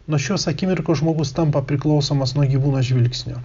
nuo šios akimirkos žmogus tampa priklausomas nuo gyvūno žvilgsnio